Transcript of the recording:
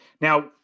Now